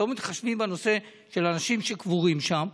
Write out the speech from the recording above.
לא מתחשבים בנושא של אנשים שקבורים שם,